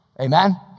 Amen